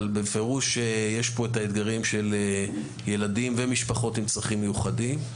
אבל בפירוש יש פה את האתגרים של ילדים ומשפחות עם צרכים מיוחדים.